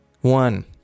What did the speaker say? One